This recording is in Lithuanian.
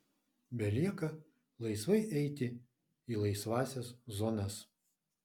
belieka laisvai įeiti į laisvąsias zonas